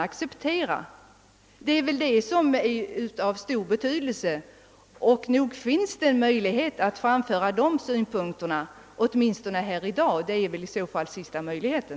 Det är av stor betydelse att få veta det, och nog är det väl möjligt att framföra de synpunkterna här i dag. Det är väl i så fall den sista möjligheten.